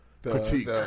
Critique